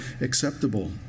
acceptable